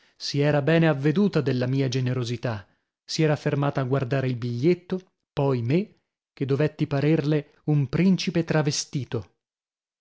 si era bene avveduta della mia generosità si era fermata a guardare il biglietto poi me che dovetti parerle un principe travestito